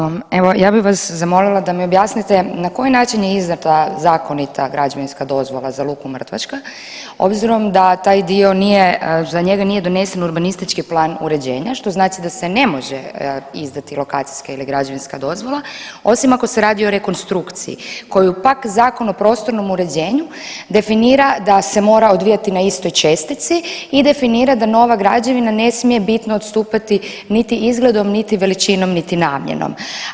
Evo, ja bih vas zamolila da mi objasnite na koji način je izdata zakonita građevinska dozvola za luku Mrtvaška obzirom da taj dio nije, za njega nije donesen urbanistički plan uređenja što znači da se ne može izdati lokacijska ili građevinska dozvola osim ako se radi o rekonstrukciji koju pak Zakon o prostornom uređenju definira da se mora odvijati na istoj čestici i definira da nova građevina ne smije bitno odstupati niti izgledom, niti veličinom, niti namjenom.